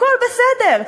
הכול בסדר,